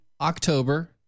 October